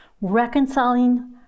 reconciling